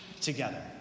together